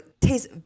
tastes